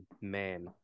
man